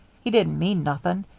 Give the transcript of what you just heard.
he didn't mean nothing.